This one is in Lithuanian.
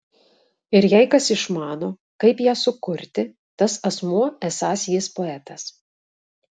ir jei kas išmano kaip ją sukurti tas asmuo esąs jis poetas